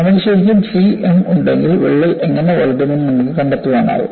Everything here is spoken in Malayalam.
നമുക്ക് ശരിക്കും C m ഉണ്ടെങ്കിൽ വിള്ളൽ എങ്ങനെ വളരുമെന്ന് നമുക്ക് കണ്ടെത്താനാകും